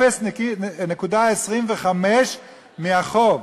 0.25% מהחוב.